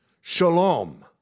Shalom